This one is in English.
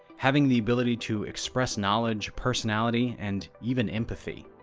having the ability to express knowledge, personality, and even empathy.